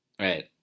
Right